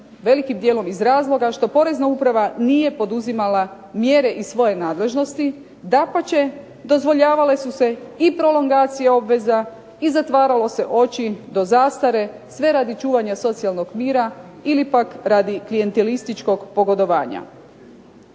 velikim dijelom iz razloga što Porezna uprava nije poduzimala mjere iz svoje nadležnosti, dapače dozvoljavale su se i prolongacije obveza, i zatvaralo se oči do zastare, sve radi čuvanja socijalnog mira ili pak radi klijentelističkog pogodovanja.